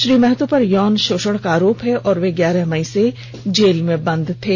श्री महतो पर यौन शोषण का आरोप है और ये ग्यारह मई से जेल में बंद थे